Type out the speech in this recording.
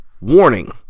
Warning